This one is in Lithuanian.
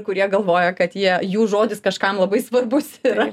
kurie galvoja kad jie jų žodis kažkam labai svarbus yra